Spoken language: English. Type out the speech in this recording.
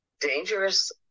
dangerous